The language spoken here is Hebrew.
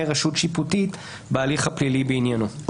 רשות שיפוטית בהליך הפלילי בעניינו.